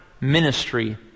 ministry